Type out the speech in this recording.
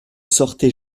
sortez